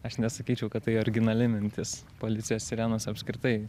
aš nesakyčiau kad tai originali mintis policijos sirenos apskritai